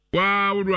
Wow